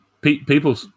people